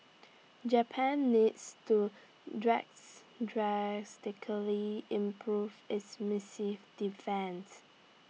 Japan needs to drastically improve its missile defence